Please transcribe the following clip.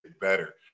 better